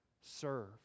serve